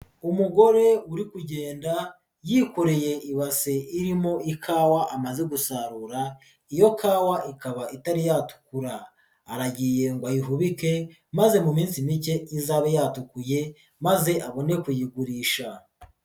Umugore uri kugenda yikoreye ibase irimo ikawa amaze gusarura, iyo kawa ikaba itari yatukura, aragiye ngo ayihubike maze mu minsi mike izabe yatuguye maze abone kuyigurisha.